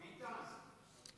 ביטן,